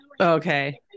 okay